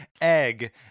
egg